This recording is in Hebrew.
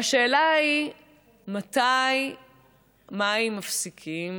והשאלה היא מתי מים מפסיקים